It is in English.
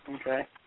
okay